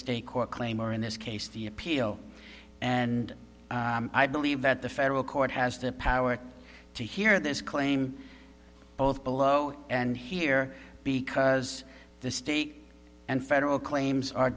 state court claim or in this case the appeal and i believe that the federal court has the power to hear this claim both below and here because the state and federal claims are